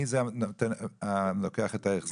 מי זה הלוקח את ההחזר?